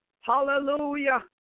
Hallelujah